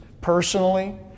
personally